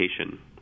education